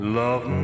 love